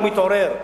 הוא מתעורר,